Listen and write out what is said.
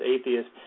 atheist